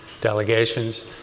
delegations